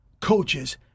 coaches